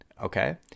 okay